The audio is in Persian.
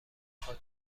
پاک